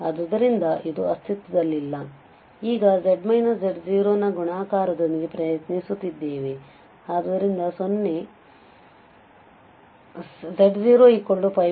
ಆದ್ದರಿಂದ ಇದು ಅಸ್ತಿತ್ವದಲ್ಲಿಲ್ಲ ಆದ್ದರಿಂದ ಈಗ ನ ಗುಣಾಕಾರದೊಂದಿಗೆ ಪ್ರಯತ್ನಿಸುತ್ತೇವೆ ಆದ್ದರಿಂದ z02mπ